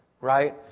right